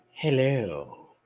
hello